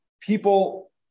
people